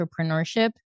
entrepreneurship